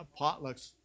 potlucks